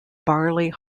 barley